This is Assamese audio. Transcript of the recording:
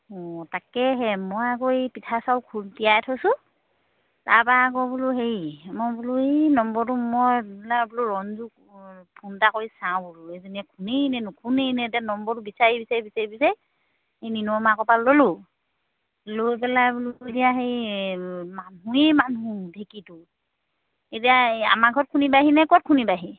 অঁ তাকেহে মই আকৌ এই পিঠা চাউল খু তিয়াই থৈছোঁ তাৰপৰা আকৌ বোলো হেৰি মই বোলো এই নম্বৰটো মই বোলো ৰঞ্জুক ফোন এটা কৰি চাওঁ বোলো এইজনীয়ে খুন্দেইনে নুখুন্দেইনে এতিয়া নম্বৰটো বিচাৰি বিচাৰি বিচাৰি বিচাৰি এই নিনৌ মাকৰ পৰা ল'লোঁ লৈ পেলাই বোলো এতিয়া হেৰি মানুহেই মানুহ ঢেঁকীটো এতিয়া এই আমাৰ ঘৰত খুন্দিবাহিনে ক'ত খুন্দিবাহি